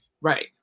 Right